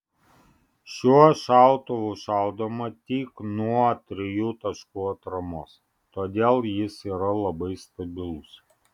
šiuo šautuvu šaudoma tik nuo trijų taškų atramos todėl jis yra labai stabilus